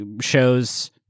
shows